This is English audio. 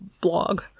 blog